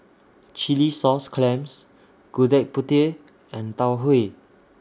Chilli Sauce Clams Gudeg Putih and Tau Huay